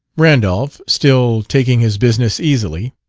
randolph, still taking his business easily,